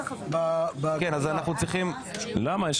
למה אלקין?